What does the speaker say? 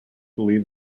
believe